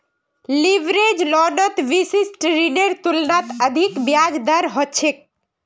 leverage लोनत विशिष्ट ऋनेर तुलनात अधिक ब्याज दर ह छेक